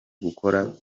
gukora